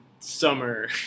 summer